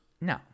No